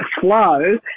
flow